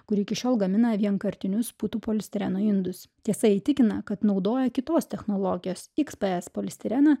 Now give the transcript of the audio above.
kuri iki šiol gamina vienkartinius putų polistireno indus tiesa ji tikina kad naudoja kitos technologijos iks p es polistireną